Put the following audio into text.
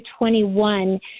21